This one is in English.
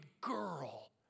girl